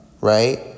right